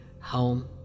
home